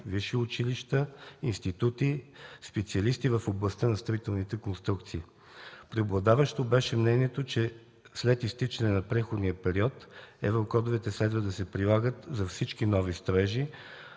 висши училища, институти, специалисти в областта на строителните конструкции. Преобладаващо беше мнението, че след изтичане на преходния период еврокодовете следва да се прилагат за всички нови строежи,